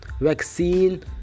vaccine